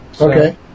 Okay